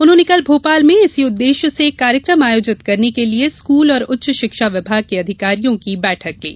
उन्होंने कल भोपाल में इसी उद्वेश्य से कार्यक्रम आयोजित करने के लिए स्कूल और उच्च शिक्षा विभाग के अधिकारियों की बैठक ली